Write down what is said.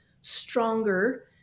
stronger